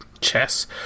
chess